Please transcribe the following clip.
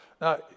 Now